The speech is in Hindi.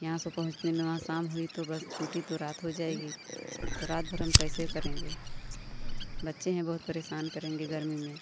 यहाँ से पहुँचने में वहाँ शाम हुई तो बस छूटी तो रात हो जाएगी तो रात भर हम कैसे करेंगे बच्चे हैं बहुत परेशान करेंगे गर्मी में